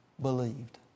believed